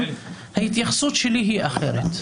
ההתייחסות שלי היא אחרת.